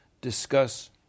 discuss